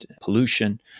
pollution